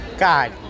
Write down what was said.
god